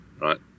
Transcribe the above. Right